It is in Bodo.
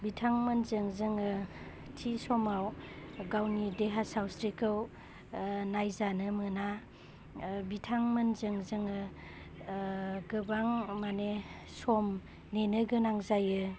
बिथांमोनजों जोङो थि समाव गावनि देहा सावस्रिखौ नायजानो मोना बिथांमोनजों जोङो गोबां मानि सम नेनो गोनां जायो